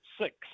six